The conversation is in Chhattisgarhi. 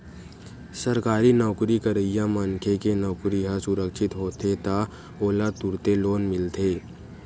सरकारी नउकरी करइया मनखे के नउकरी ह सुरक्छित होथे त ओला तुरते लोन मिलथे